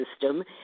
system